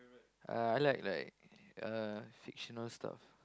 uh I like like uh fictional stuff